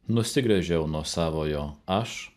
nusigręžiau nuo savojo aš